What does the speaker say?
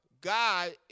God